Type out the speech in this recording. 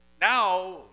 Now